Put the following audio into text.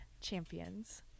champions